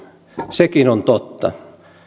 sekin on totta